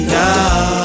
now